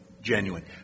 genuine